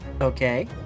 Okay